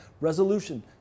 resolution